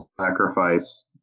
sacrifice